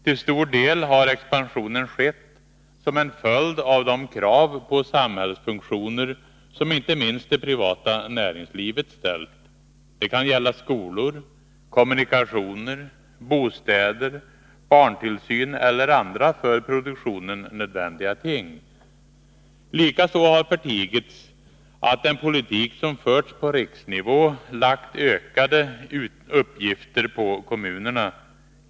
Till stor del har expansionen skett som en följd av de krav på samhällsfunktioner som inte minst det privata näringslivet ställt. Det kan gälla skolor, kommunikationer, bostäder, barntillsyn eller andra för produktionen nödvändiga ting. Likaså har man förtigit att den politik som förts på riksnivå lagt ökade uppgifter på kommunerna.